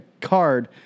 card